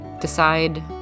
decide